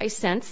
i sense